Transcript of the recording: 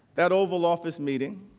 that oval office meeting